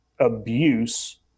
abuse